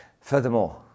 furthermore